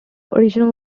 original